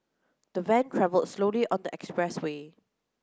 the van travelled slowly on the expressway